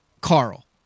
Carl